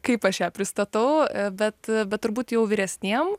kaip aš ją pristatau bet bet turbūt jau vyresniem